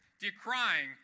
decrying